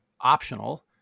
optional